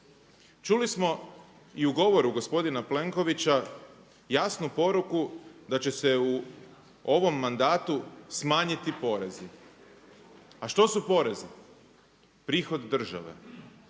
Čuli smo i u govoru gospodina Plenkovića jasnu poruku da će se u ovom mandatu smanjiti porezi. A što su porezi? Prihod države.